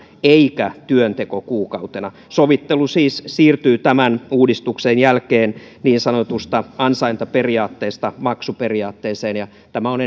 eikä työntekokuukautena sovittelu siis siirtyy tämän uudistuksen jälkeen niin sanotusta ansaintaperiaatteesta maksuperiaatteeseen tämä on